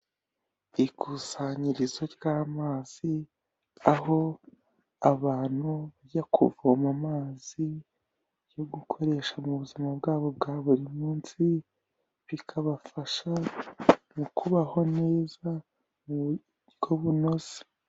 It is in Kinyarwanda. Ikusanyirizo ry'amazi aho abantu bajya kuvoma amazi yo gukoresha mu buzima bwabo bwa buri munsi bikabafasha mu kubaho neza mu buryo bunoze.